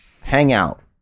hangout